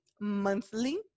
monthly